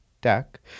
deck